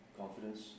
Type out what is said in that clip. confidence